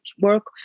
work